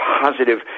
positive